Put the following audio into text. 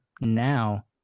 now